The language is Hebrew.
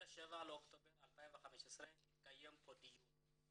ב-27 לאוקטובר 2015 התקיים פה דיון,